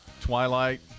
Twilight